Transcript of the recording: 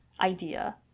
idea